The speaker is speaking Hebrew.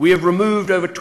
אבל לא בגלל המזגנים,